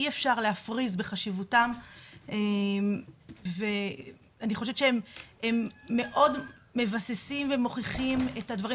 אי אפשר להפריז בחשיבותם ואני חושבת שהם מאוד מבססים ומוכיחים את הדברים